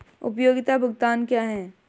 उपयोगिता भुगतान क्या हैं?